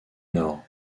nord